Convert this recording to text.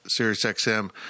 SiriusXM